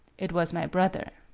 it was my brother.